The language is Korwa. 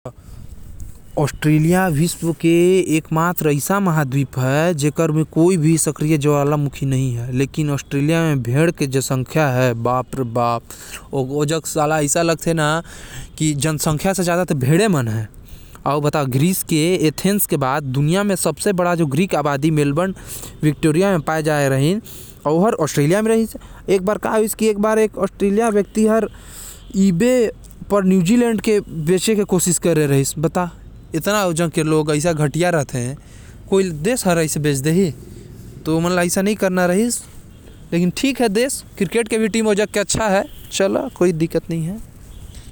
ऑस्ट्रेलिया विश्व के ऐसा महाद्वीप जेकर में कोइयो सक्रिय ज्वालामुखी नही हवे। ऑस्ट्रेलिया म भेड़ के संख्या अधिक हवे। ग्रीक आबादी भी वहाँ बहुत मिलथे।